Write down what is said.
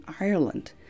Ireland